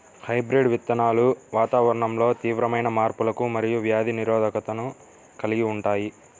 hybrid విత్తనాలు వాతావరణంలో తీవ్రమైన మార్పులకు మరియు వ్యాధి నిరోధకతను కలిగి ఉంటాయి